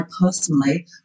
personally